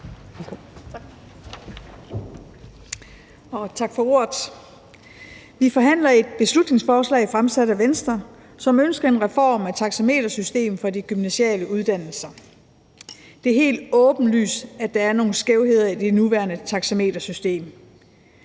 Tak for ordet. Vi forhandler om et beslutningsforslag fremsat af Venstre, som ønsker en reform af taxametersystemet for de gymnasiale uddannelser. Det er helt åbenlyst, at der er nogle skævheder i det nuværende taxametersystem.